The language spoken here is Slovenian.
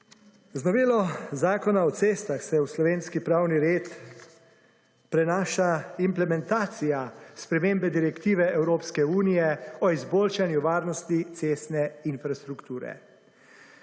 Z novelo Zakona o cestah se v slovenski pravni red prenaša implementacija spremembe direktive Evropske unije o izboljšanju varnosti cestne infrastrukture.